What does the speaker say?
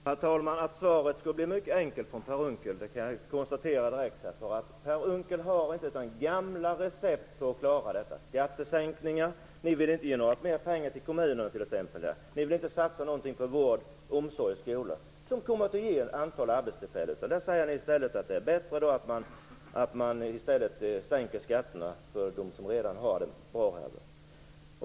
Herr talman! Att svaret från Per Unckel blev mycket enkelt kan jag konstatera direkt, för Per Unckel har ett gammalt recept för att klara detta. Det är skattesänkningar. Ni vill inte ge mer pengar till kommunerna. Ni vill inte satsa någonting på vård, omsorg och skola, som kommer att ge ett antal arbetstillfällen. I stället säger ni att det är bättre att man sänker skatterna för dem som redan har det bra.